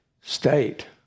state